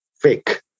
fake